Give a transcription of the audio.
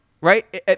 right